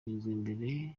mbere